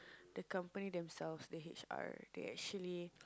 the company themselves the H_R they actually